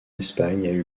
espagne